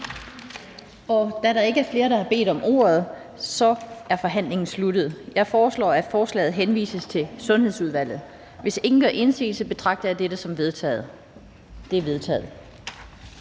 af. Da der ikke er flere, der har bedt om ordet, er forhandlingen sluttet. Jeg foreslår, at forslaget henvises til Sundhedsudvalget. Hvis ingen gør indsigelse, betragter jeg dette som vedtaget. Det er vedtaget.